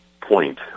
point